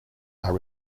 are